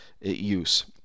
use